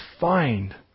find